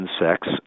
insects